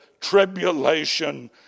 tribulation